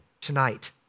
tonight